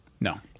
No